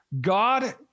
God